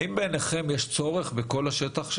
האם יש צורך בכל השטח,